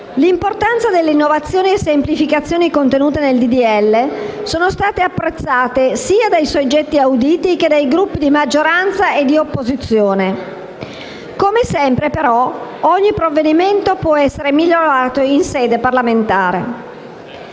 L'importanza delle innovazioni e delle semplificazioni contenute nel disegno di legge è stata apprezzata sia dai soggetti auditi che dai Gruppi di maggioranza e di opposizione. Come sempre, però, ogni provvedimento può essere migliorato in sede parlamentare.